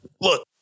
look